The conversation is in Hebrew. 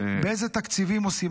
באיזה תקציבים עושים.